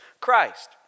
Christ